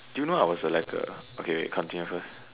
do you know I was like a okay wait continue first